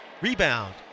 Rebound